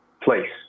place